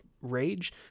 rage